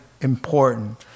important